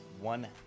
one